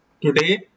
today